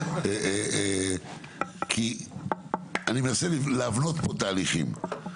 כי אני מנסה להבנות פה תהליכים,